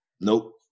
Nope